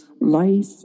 life